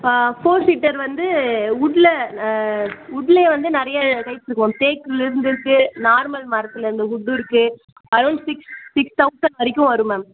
four seater வந்து உட்டில் உட்டிலே வந்து நிறைய டைப்ஸ் இருக்கும் தேக்கிலிருந்து இருக்குது நார்மல் மரத்தில் இந்த உட்டும் இருக்குது அரௌண்ட் சிக்ஸ் சிக்ஸ் தௌசண்ட் வரைக்கும் வரும் மேம்